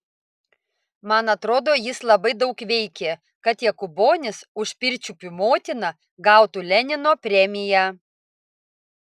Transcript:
man atrodo jis labai daug veikė kad jokūbonis už pirčiupių motiną gautų lenino premiją